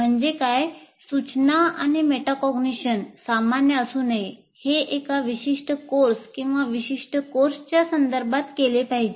म्हणजे काय सूचना आणि मेटाकॉग्निशन सामान्य असू नये हें एका विशिष्ट कोर्स किंवा विशिष्ट कोर्स च्या संदर्भात केले पाहिजे